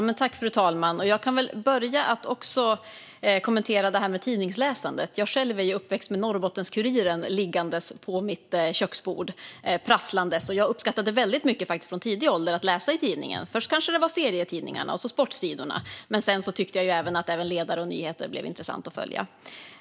Fru talman! Jag börjar med att kommentera det här med tidningsläsandet. Jag är själv uppväxt med Norrbottens-Kuriren liggandes och prasslandes på mitt köksbord. Jag uppskattade faktiskt från tidig ålder väldigt mycket att läsa i tidningen. Först kanske det var de tecknade serierna och sportsidorna. Sedan tyckte jag att även ledare och nyheter blev intressanta att följa.